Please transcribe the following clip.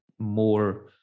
more